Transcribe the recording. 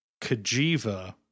Kajiva